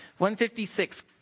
156